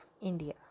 India